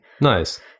nice